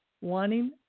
Wanting